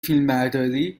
فیلمبرداری